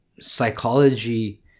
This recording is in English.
psychology